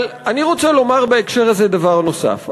אני רוצה לומר בהקשר הזה דבר נוסף.